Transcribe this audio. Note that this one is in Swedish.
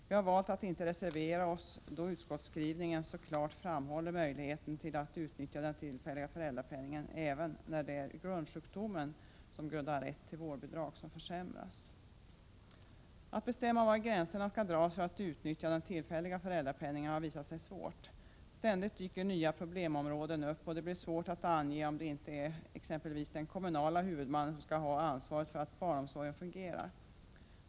Vi har valt att inte reservera oss då utskottsskrivningen så klart framhåller möjligheten att utnyttja den tillfälliga föräldrapenningen även när det är grundsjukdomen som ger rätt till vårdbidrag som försämras. Att bestämma var gränserna skall dras för att utnyttja den tillfälliga föräldrapenningen har visat sig svårt. Ständigt dyker nya problemområden upp, och det blir svårt att ange om det inte är exempelvis den kommunala huvudmannen som skall ha ansvaret för att barnomsorgen fungerar.